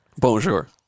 Bonjour